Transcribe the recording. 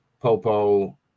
Popo